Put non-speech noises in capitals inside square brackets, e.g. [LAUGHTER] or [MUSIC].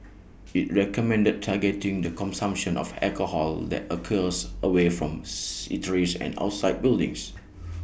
IT recommended targeting the consumption of alcohol that occurs away from [UNINTELLIGIBLE] and outside buildings